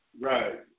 Right